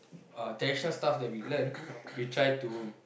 uh traditional stuff that we learn we try to